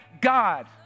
God